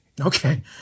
Okay